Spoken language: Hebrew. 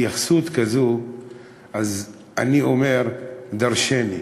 התייחסות כזאת אומרת דורשני,